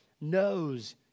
knows